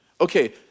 Okay